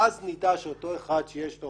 ואז נדע שאותו אחד שיש לו